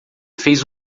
fez